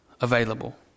available